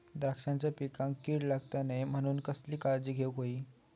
द्राक्षांच्या पिकांक कीड लागता नये म्हणान कसली काळजी घेऊक होई?